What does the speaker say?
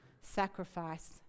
sacrifice